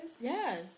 Yes